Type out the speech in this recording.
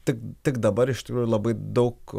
tik tik dabar iš tikrųjų labai daug